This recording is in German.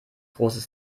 großes